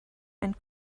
and